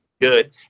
good